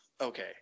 okay